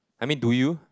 I mean do you